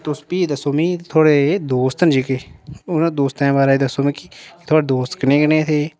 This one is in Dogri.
तुस भी दस्सो मिगी थुआढ़े दोस्त न जेह्के उ'नें दोस्तें दे बारै दस्सो मिगी कि थुआढ़े दोस्त कनेह् नेह् हे